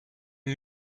une